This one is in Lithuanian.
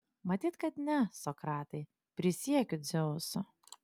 matyt kad ne sokratai prisiekiu dzeusu